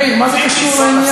מאיר, מה זה קשור לעניין?